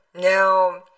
Now